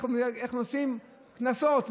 קנסות,